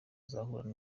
azahura